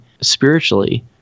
spiritually